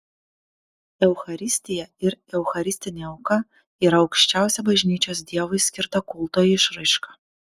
eucharistija ir eucharistinė auka yra aukščiausia bažnyčios dievui skirta kulto išraiška